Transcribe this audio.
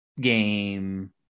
game